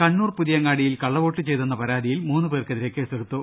കണ്ണൂർ പുതിയങ്ങാടിയിൽ കള്ളവോട്ട് ചെയ്തെന്ന പരാതിയിൽ മൂന്ന് പേർക്കെതിരെ കേസെടുത്തു